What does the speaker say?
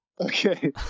Okay